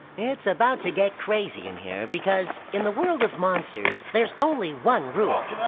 it's about to get crazy in here because, in the world of monsters, there's only one rule. ah